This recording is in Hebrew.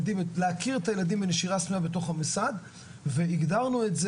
להכיר את הילדים בנשירה סמויה בתוך המוסד והגדרנו את זה